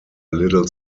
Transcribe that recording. little